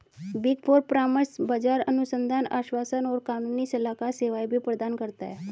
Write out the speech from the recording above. big four परामर्श, बाजार अनुसंधान, आश्वासन और कानूनी सलाहकार सेवाएं भी प्रदान करता है